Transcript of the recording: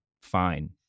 fine